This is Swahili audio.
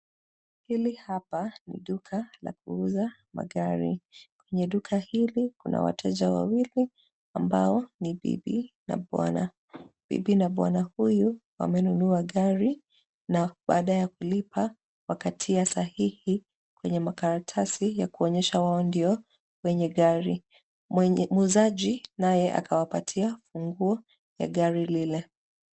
Hili hapa ni duka la kuuza magari, Kwenye duka hili kuna wateja wawili ambao ni bibi na bwana. Bibi na bwana huyu, wamenunua gari na baada ya kulipa wakatia sahihi kwenye makaratasi ya kuonyesha wao ndio wenye gari. Muuzaji naye akawapatia funguo ya gari lile,